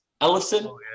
ellison